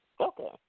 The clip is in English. Okay